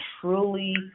truly